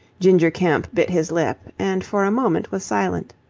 ginger kemp bit his lip and for a moment was silent.